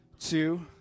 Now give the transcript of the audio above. two